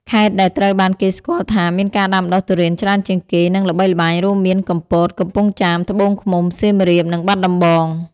ខេត្តដែលត្រូវបានគេស្គាល់ថាមានការដាំដុះទុរេនច្រើនជាងគេ និងល្បីល្បាញ រួមមាន កំពត កំពង់ចាម ត្បូងឃ្មុំ សៀមរាប និងបាត់ដំបង។